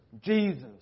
Jesus